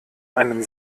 einen